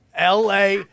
la